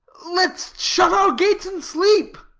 let's shut our gates and sleep.